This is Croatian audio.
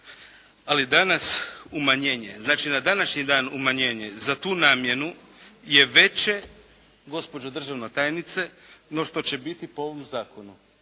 ali danas umanjenje. Znači na današnji dan umanjenje za tu namjenu je veće gospođo državna tajnice, no što će biti po ovom Zakonu.